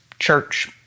church